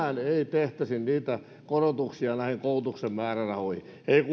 tehtäisi niitä korotuksia koulutuksen määrärahoihin ei kukaan